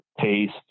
taste